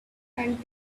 and